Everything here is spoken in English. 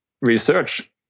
research